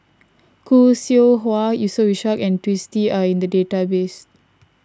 Khoo Seow Hwa Yusof Ishak and Twisstii are in the database